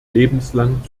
lebenslang